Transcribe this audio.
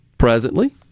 Presently